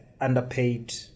Underpaid